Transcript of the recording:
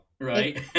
right